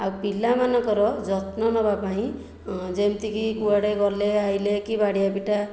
ଆଉ ପିଲାମାନଙ୍କର ଯତ୍ନ ନେବା ପାଇଁ ଯେମିତିକି କୁଆଡ଼େ ଗଲେ ଆସିଲେ କି ବାଡ଼ିଆ ପିଟା